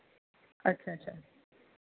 अच्छा अच्छा